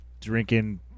drinking